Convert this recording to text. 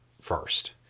first